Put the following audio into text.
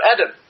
Adam